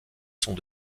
sont